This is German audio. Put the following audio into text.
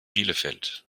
bielefeld